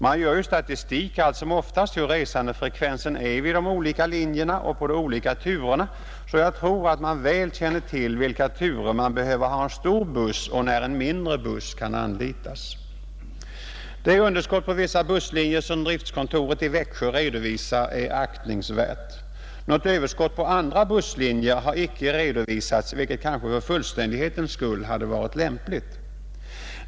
Man gör ju statistik allt som oftast hur resandefrekvensen är vid de olika linjerna och på de olika turerna. Jag tror därför att man väl känner till för vilka turer man behöver en stor buss och när en mindre buss kan anlitas. Det underskott på vissa busslinjer som driftkontoret i Växjö redovisar är aktningsvärt. Något överskott på andra busslinjer har icke redovisats, vilket kanske för fullständighetens skull hade varit lämpligt.